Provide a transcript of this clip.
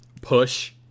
push